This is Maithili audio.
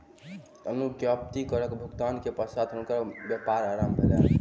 अनुज्ञप्ति करक भुगतान के पश्चात हुनकर व्यापार आरम्भ भेलैन